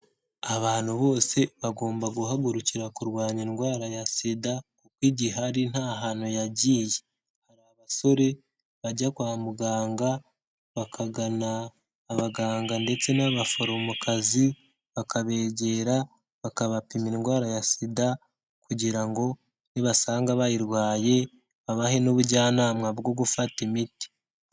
Abantu bose bagomba guhagurukira kurwanya indwara ya SIDA kuko igihari nta hantu yagiye. Hari abasore bajya kwa muganga bakagana abaganga ndetse n'abaforomokazi bakabegera bakabapima indwara ya SIDA kugira ngo nibasanga bayirwaye babahe n'ubujyanama bwo gufata imiti.